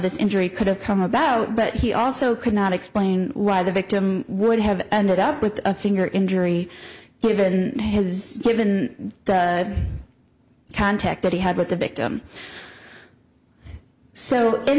this injury could have come about but he also could not explain why the victim would have ended up with a finger injury given his live in contact that he had with the victim so in